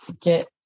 get